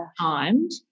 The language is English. timed